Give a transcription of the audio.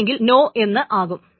അല്ലെങ്കിൽ നോ എന്നാകും